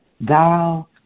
thou